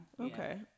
Okay